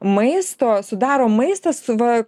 maisto sudaro maistas va